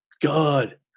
God